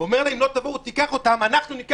ואומרים להם: אם לא תבואו לקחת אותם אנחנו נבוא